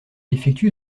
effectue